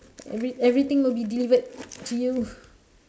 every everything will be delivered to you